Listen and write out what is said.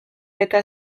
eta